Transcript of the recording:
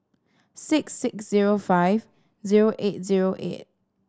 six six zero five zero eight zero eight